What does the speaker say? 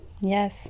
Yes